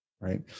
right